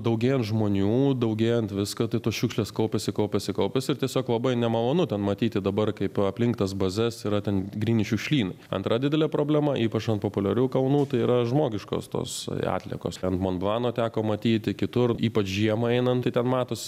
daugėjant žmonių daugėjant viską tai tos šiukšlės kaupiasi kaupiasi kaupiasi ir tiesiog labai nemalonu ten matyti dabar kaip aplink tas bazes yra ten gryni šiukšlynai antra didelė problema ypač ant populiarių kalnų tai yra žmogiškos tos atliekos ant montblano teko matyti kitur ypač žiemą einant tai ten matos